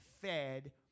fed